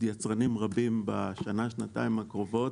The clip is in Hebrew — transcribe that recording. יצרנים חדשים רבים בשנה-שנתיים הקרובות,